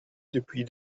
depuis